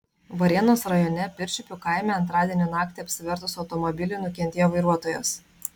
varėnos rajone pirčiupių kaime antradienio naktį apsivertus automobiliui nukentėjo vairuotojas